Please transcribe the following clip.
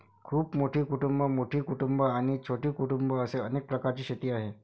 खूप मोठी कुटुंबं, मोठी कुटुंबं आणि छोटी कुटुंबं असे अनेक प्रकारची शेती आहे